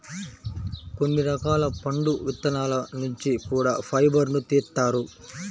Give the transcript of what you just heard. కొన్ని రకాల పండు విత్తనాల నుంచి కూడా ఫైబర్ను తీత్తారు